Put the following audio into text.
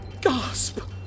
Gasp